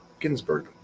Ginsburg